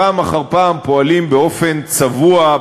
פעם אחר פעם פועלים באופן צבוע,